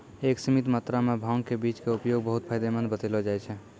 एक सीमित मात्रा मॅ भांग के बीज के उपयोग बहु्त फायदेमंद बतैलो जाय छै